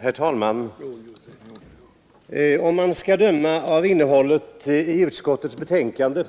Herr talman! Om man skall döma av innehållet i utskottets betänkande